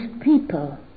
people